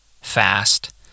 fast